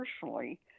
personally